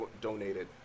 donated